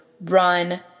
run